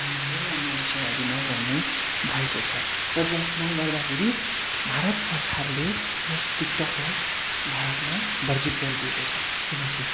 अनि धेरै अन्य बिषयहरू नगर्ने भएको छ र जसमा गर्दाखेरि भारत सरकारले यस टिकटकलाई भारतमा बर्जित गरिदिएको छ किनकि